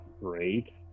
great